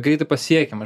greitai pasiekiama